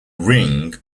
ring